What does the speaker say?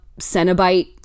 Cenobite